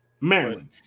Maryland